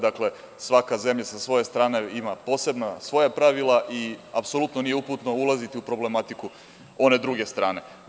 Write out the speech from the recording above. Dakle, svaka zemlja sa svoje strane ima posebna svoja pravila i apsolutno nije uputno ulaziti u problematiku one druge strane.